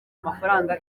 amafaranga